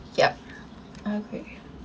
yup okay